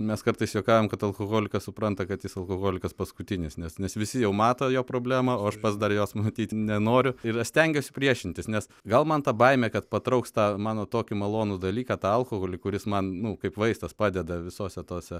mes kartais juokaujam kad alkoholikas supranta kad jis alkoholikas paskutinis nes nes visi jau mato jo problemą o aš pats dar jos matyt nenoriu ir stengiuosi priešintis nes gal man ta baimė kad patrauks tą mano tokį malonų dalyką tą alkoholį kuris man nu kaip vaistas padeda visose tose